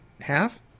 half